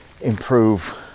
improve